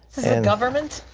and government?